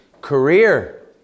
Career